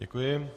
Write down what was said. Děkuji.